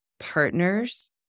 partners